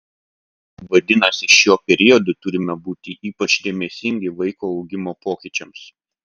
vadinasi šiuo periodu turime būti ypač dėmesingi vaiko augimo pokyčiams